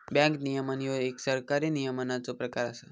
bank नियमन ह्यो एक सरकारी नियमनाचो प्रकार असा